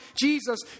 Jesus